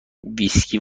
ویسکی